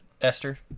Esther